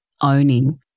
owning